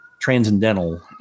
transcendental